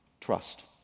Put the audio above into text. Trust